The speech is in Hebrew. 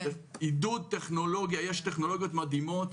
יש טכנולוגיות מדהימות,